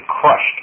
crushed